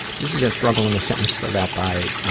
this is a struggle in a sentence filled out by, ah,